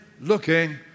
looking